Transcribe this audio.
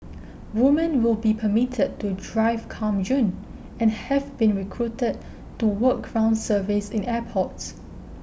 woman will be permitted to drive come June and have been recruited to work ground service in airports